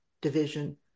division